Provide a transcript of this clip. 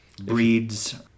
breeds